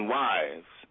wives